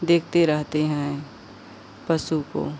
देखते रहते हैं पशु को